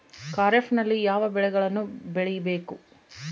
ಖಾರೇಫ್ ನಲ್ಲಿ ಯಾವ ಬೆಳೆಗಳನ್ನು ಬೆಳಿಬೇಕು?